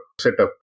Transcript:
setup